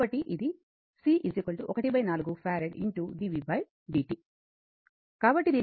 కాబట్టి ఇది c 14 farad d vd t